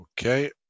Okay